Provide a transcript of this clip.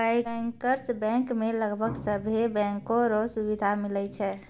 bankers bank मे लगभग सभे बैंको रो सुविधा मिलै छै